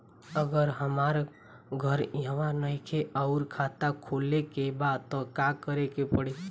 अगर हमार घर इहवा नईखे आउर खाता खोले के बा त का करे के पड़ी?